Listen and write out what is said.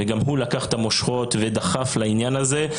לקח את המושכות ודחף לעניין החשוב הזה.